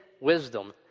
wisdom